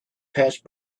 passed